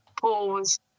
pause